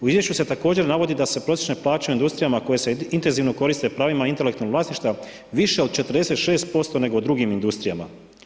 U izvješću se također navodi sa se prosječne plaće u industrijama koje se intenzivno koriste pravima intelektualnog vlasništva više od 46% nego u drugim industrijama.